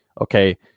Okay